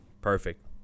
Perfect